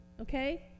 okay